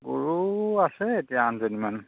গৰু আছে এতিয়া আঠজনীমান